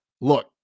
Look